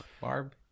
Barb